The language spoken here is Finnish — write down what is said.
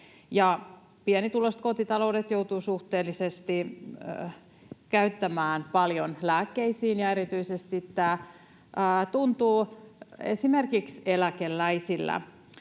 Pienituloiset kotitaloudet joutuvat suhteellisesti käyttämään paljon lääkkeisiin, ja erityisesti tämä tuntuu esimerkiksi eläkeläisillä.